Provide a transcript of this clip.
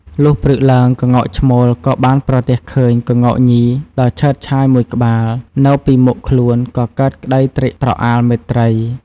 លុះព្រឹកឡើងក្ងោកឈ្មោលក៏បានប្រទះឃើញក្ងោកញីដ៏ឆើតឆាយមួយក្បាលនៅពីមុខខ្លួនក៏កើតក្ដីត្រេកត្រអាលមេត្រី។